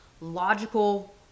logical